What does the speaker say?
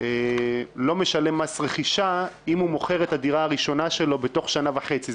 לא משלם מס רכישה אם הוא מוכר את הדירה הראשונה שלו תוך שנה וחצי.